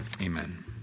Amen